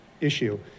issue